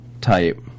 type